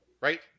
right